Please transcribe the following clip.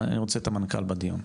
אני רוצה את המנכ"ל בדיון.